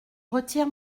retirer